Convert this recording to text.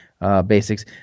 basics